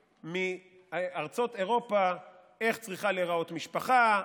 מארצות אירופה איך צריכה להיראות משפחה,